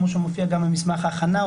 כמו שמופיע גם במסמך ההכנה,